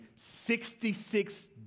66